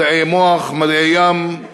מדעי המוח, מדעי הים,